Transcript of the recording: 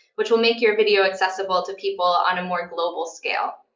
which will make your video accessible to people on a more global scale.